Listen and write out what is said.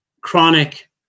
chronic